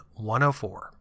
104